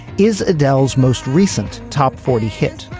is adele's most recent top forty hit,